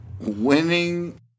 Winning